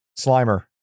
slimer